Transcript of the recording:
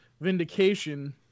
vindication